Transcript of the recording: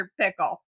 pickle